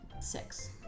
Six